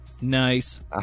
Nice